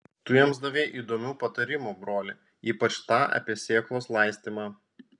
tu jiems davei įdomių patarimų broli ypač tą apie sėklos laistymą